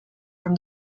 from